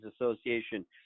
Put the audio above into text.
association